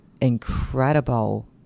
incredible